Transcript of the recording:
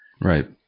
Right